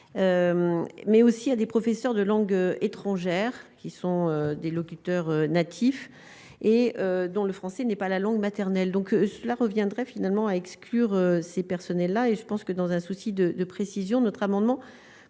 mais aussi à des professeurs de langues étrangères, qui sont des locuteurs natifs et dont le français n'est pas la langue maternelle, donc cela reviendrait finalement à exclure ces personnels-là et je pense que dans un souci de précision notre amendement